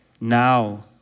now